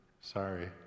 Sorry